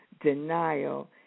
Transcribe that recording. denial